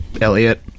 Elliot